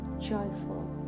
joyful